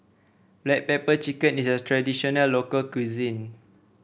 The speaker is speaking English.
Black Pepper Chicken is a traditional local cuisine